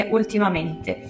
ultimamente